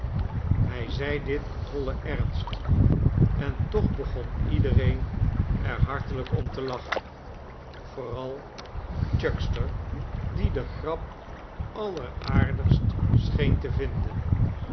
hij zeide dit in vollen ernst en toch begon iedereen er hartelijk om te lachen vooral chuckster die de grap alleraardigst scheen te vinden